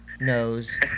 knows